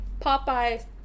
Popeyes